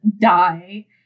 die